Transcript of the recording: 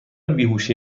بیهوشی